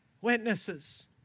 witnesses